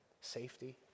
Safety